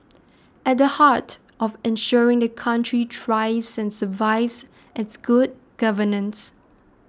at the heart of ensuring the country thrives and survives is good governance